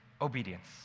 obedience